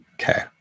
Okay